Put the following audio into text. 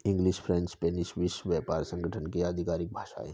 English, French और Spanish विश्व व्यापार संगठन की आधिकारिक भाषाएं है